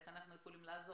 איך אנחנו יכולים לעזור.